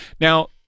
Now